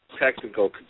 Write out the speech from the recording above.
technical